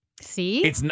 See